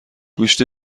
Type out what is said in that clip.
گوشت